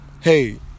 Hey